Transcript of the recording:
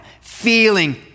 feeling